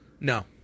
No